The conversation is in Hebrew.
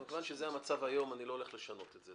אבל מכיוון שזה המצב היום אני לא הולך לשנות את זה.